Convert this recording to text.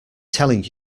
telling